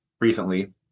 recently